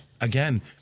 Again